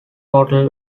total